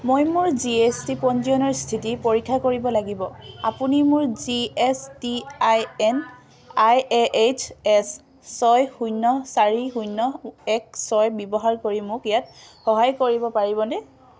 মই মোৰ G S T পঞ্জীয়নৰ স্থিতি পৰীক্ষা কৰিব লাগিব আপুনি মোৰ G S T I N I A H S ছয় শূন্য চাৰি শূন্য এক ছয় ব্যৱহাৰ কৰি মোক ইয়াত সহায় কৰিব পাৰিবনে